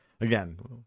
again